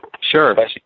Sure